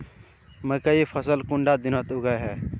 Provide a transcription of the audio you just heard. मकई फसल कुंडा दिनोत उगैहे?